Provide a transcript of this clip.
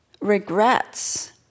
regrets